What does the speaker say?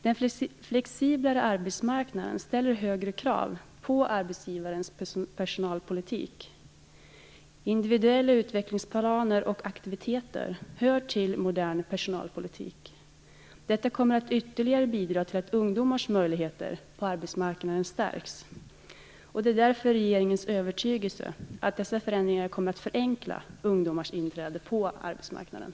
Den flexiblare arbetsmarknaden ställer högre krav på arbetsgivarnas personalpolitik. Individuella utvecklingsplaner och aktiviteter hör till modern personalpolitik. Detta kommer att ytterligare bidra till att ungdomars möjligheter på arbetsmarknaden stärks. Det är därför regeringens övertygelse att dessa förändringar kommer att förenkla ungdomars inträde på arbetsmarknaden.